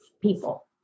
people